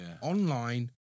online